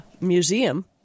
museum